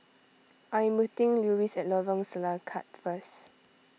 I am meeting Luis at Lorong Selangat first